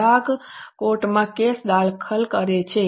ગ્રાહક કોર્ટમાં કેસ દાખલ કરે છે